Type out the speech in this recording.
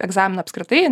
egzaminą apskritai